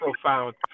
profound